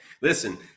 listen